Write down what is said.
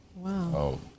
Wow